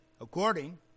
according